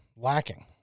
Lacking